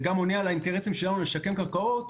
וגם עונה על האינטרסים שלנו לשקם קרקעות.